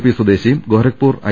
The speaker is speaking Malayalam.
പി സ്വദേശിയും ഗൊരഖ്പൂർ ഐ